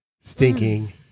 stinking